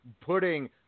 putting